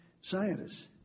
scientists